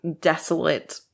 desolate